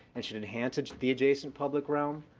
and should enhance and the adjacent public realm.